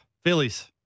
Phillies